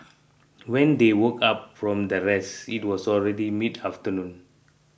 when they woke up from their rest it was already mid afternoon